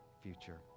future